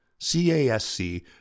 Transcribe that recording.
CASC